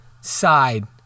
side